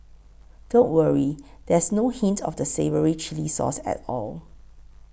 don't worry there's no hint of the savoury chilli sauce at all